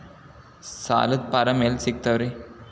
ಸಾಲದ ಫಾರಂ ಎಲ್ಲಿ ಸಿಕ್ತಾವ್ರಿ?